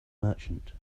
merchant